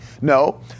No